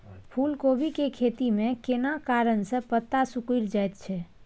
फूलकोबी के खेती में केना कारण से पत्ता सिकुरल जाईत छै?